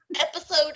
Episode